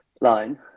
line